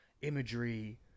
imagery